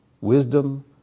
wisdom